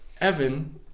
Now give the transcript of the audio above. Evan